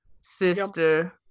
sister